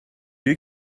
you